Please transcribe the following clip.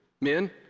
Men